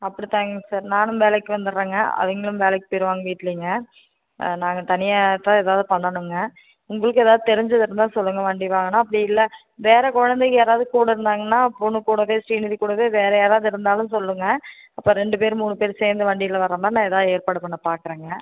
அப்படித்தாங்க சார் நானும் வேலைக்கு வந்துர்றேங்க அவைங்களும் வேலைக்கு போயிருவாங்க வீட்லேங்க நாங்கள் தனியாகதான் எதாவது பண்ணனுங்க உங்களுக்கு எதாவது தெரிஞ்சது இருந்தால் சொல்லுங்க வண்டி வாகனம் அப்படி இல்லை வேறு குழந்தைக யாராவது கூட இருந்தாங்கன்னா பொண்ணு கூடவே ஸ்ரீநிதி கூடவே வேறு யாராவது இருந்தாலும் சொல்லுங்கள் அப்போ ரெண்டுபேர் மூணு பேர் சேர்ந்து வண்டியில வர்றமாதிரி நான் எதாவது ஏற்பாடு பண்ண பார்க்குறேங்க